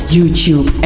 YouTube